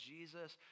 Jesus